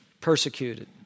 persecuted